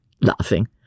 laughing